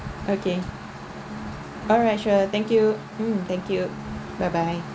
okay alright sure thank you mm thank you bye bye